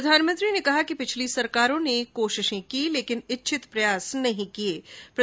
प्रधानमंत्री ने कहा कि पिछली सरकारों ने प्रयास किए लेकिन इच्छित प्रयास नहीं किए गए